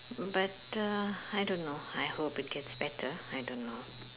but uh I don't know I hope it gets better I don't know